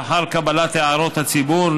לאחר קבלת הערות הציבור,